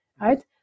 right